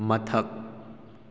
ꯃꯊꯛ